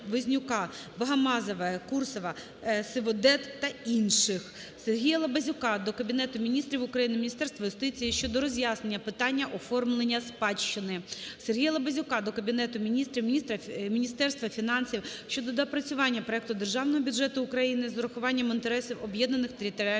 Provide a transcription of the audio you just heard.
Богомазової Ю, Курсова О. В., Сиводед І. С. та інших. Сергія Лабазюка до Кабінету Міністрів України, Міністерства юстиції України щодо роз'яснення питання оформлення спадщини. Сергія Лабазюка до Кабінету Міністрів України, Міністерства фінансів України щодо доопрацювання проекту Державного бюджету України з урахуванням інтересів об'єднаних територіальних громад.